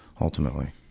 ultimately